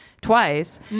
twice